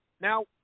Now